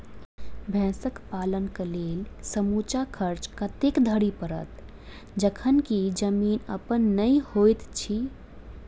भैंसक पालन केँ लेल समूचा खर्चा कतेक धरि पड़त? जखन की जमीन अप्पन नै होइत छी